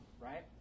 right